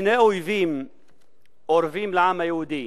שני אויבים אורבים לעם היהודי,